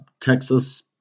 Texas